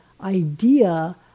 idea